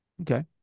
Okay